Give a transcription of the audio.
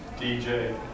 DJ